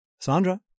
Sandra